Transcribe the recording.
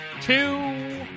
two